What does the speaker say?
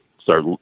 start